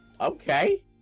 okay